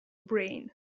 brain